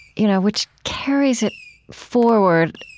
you know which carries it forward,